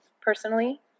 personally